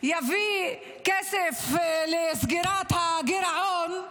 יביא כסף לסגירת הגירעון.